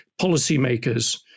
policymakers